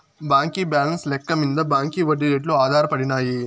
బాంకీ బాలెన్స్ లెక్క మింద బాంకీ ఒడ్డీ రేట్లు ఆధారపడినాయి